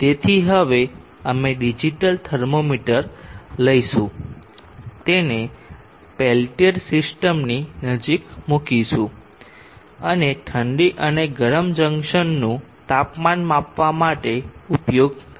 તેથી હવે અમે ડિજિટલ થર્મોમીટર લઈશું તેને પેલ્ટીર સિસ્ટમની નજીક મૂકીશું અને ઠંડી અને ગરમ જંકશનનું તાપમાન માપવા માટે ઉપયોગ કરીશું